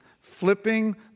flipping